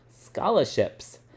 scholarships